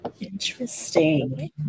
Interesting